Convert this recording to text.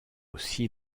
aussi